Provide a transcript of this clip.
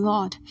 Lord